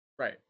Right